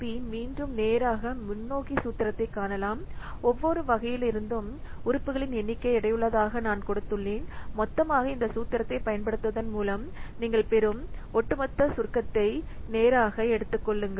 பியை மீண்டும் நேராக முன்னோக்கி சூத்திரத்தைக் காணலாம் ஒவ்வொரு வகையிலிருந்தும் உறுப்புகளின் எண்ணிக்கையை எடையுள்ளதாக நான் கொடுத்துள்ளேன் மொத்தமாக இந்த சூத்திரத்தைப் பயன்படுத்துவதன் மூலம் நீங்கள் பெறும் ஒட்டுமொத்த சுருக்கத்தை நேராக முன்னோக்கி எடுத்துக் கொள்ளுங்கள்